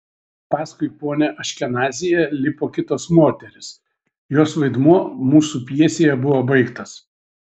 paskui ponią aškenazyje lipo kitos moterys jos vaidmuo mūsų pjesėje buvo baigtas